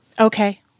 Okay